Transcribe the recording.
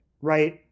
right